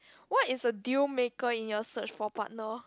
what is a deal maker in your search for partner